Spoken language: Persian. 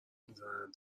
میزنن